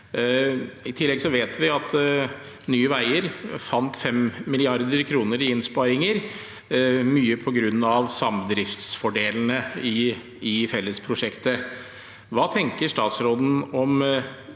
I tillegg vet vi at Nye veier fant 5 mrd. kr i innsparinger, mye på grunn av samdriftsfordelene i fellesprosjektet. Hva tenker statsråden om